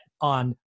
on